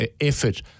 effort